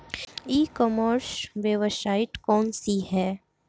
ई commerce website कौन सी है?